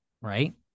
right